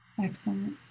Excellent